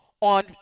on